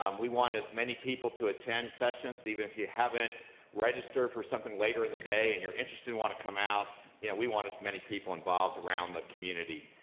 um we want as many people to attend sessions, even if you haven't registered for something later in the day and you're interested and want to come out you know we want as many people involved around the community.